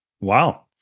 Wow